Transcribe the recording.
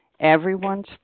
Everyone's